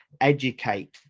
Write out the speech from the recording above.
educate